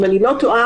אם אני לא טועה,